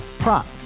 Prop